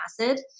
acid